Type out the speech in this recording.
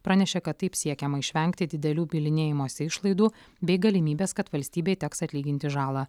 pranešė kad taip siekiama išvengti didelių bylinėjimosi išlaidų bei galimybės kad valstybei teks atlyginti žalą